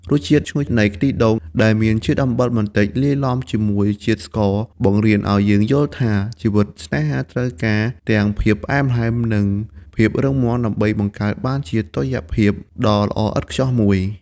រសជាតិឈ្ងុយនៃ ខ្ទិះដូង ដែលមានជាតិអំបិលបន្តិចលាយឡំជាមួយជាតិស្ករ បង្រៀនឱ្យយើងយល់ថា ជីវិតស្នេហាត្រូវការទាំងភាពផ្អែមល្ហែម និងភាពរឹងមាំដើម្បីបង្កើតបានជាតុល្យភាពដ៏ល្អឥតខ្ចោះមួយ។